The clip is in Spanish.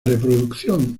reproducción